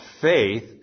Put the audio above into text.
faith